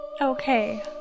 Okay